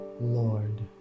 Lord